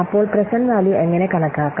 അപ്പോൾ present value എങ്ങനെ കണക്കാക്കാം